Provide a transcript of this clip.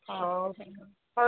ହଉ ହଉ